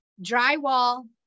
Drywall